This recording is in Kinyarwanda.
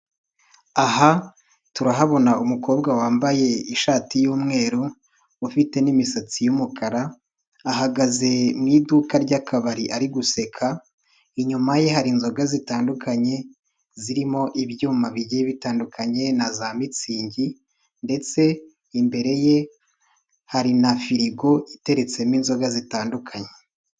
Aha, turahabona umukobwa wambaye ishati y'umweru, ufite n'imisatsi y'umukara, ahagaze mu iduka ry'akabari, ari guseka inyuma ye hari inzoga zitandukanye, zirimo ibyuma bigiye bitandukanye, na za mitsingi ndetse imbere ye, hari na firigo iteretsemo inzoga zitandukanye.